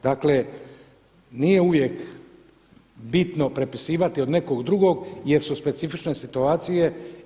Dakle, nije uvijek bitno prepisivati od nekog drugog jer su specifične situacije.